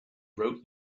wrote